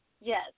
Yes